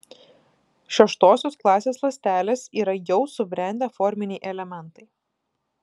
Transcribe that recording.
šeštosios klasės ląstelės yra jau subrendę forminiai elementai